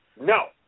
No